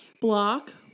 Block